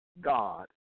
God